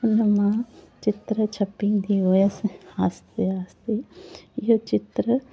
हुनमां चित्र छापींदी हुयसि आहिस्ते आहिस्ते इहो चित्र